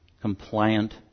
compliant